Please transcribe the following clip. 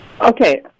Okay